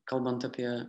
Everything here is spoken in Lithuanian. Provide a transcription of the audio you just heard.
kalbant apie